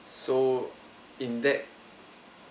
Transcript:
so in that